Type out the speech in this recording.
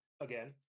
again